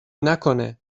نکنه